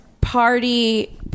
party